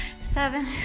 seven